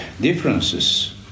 differences